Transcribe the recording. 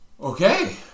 Okay